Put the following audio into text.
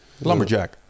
Lumberjack